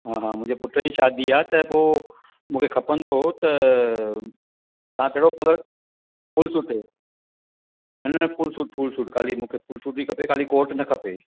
हा हा मुंहिंजे पुट जी शादी आहे त पोइ मूंखे खपंदो हो त तव्हां कहिड़ो कलर फुल सूट ते न न फुल सूट फुल सूट खाली मूंखे फुल सूट ई खपे खाली मूंखे कोट न खपे